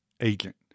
agent